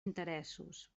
interessos